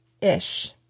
ish